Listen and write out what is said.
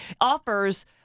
offers